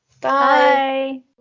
Bye